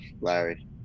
Larry